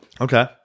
okay